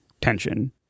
tension